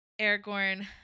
Aragorn